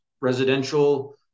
residential